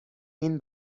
این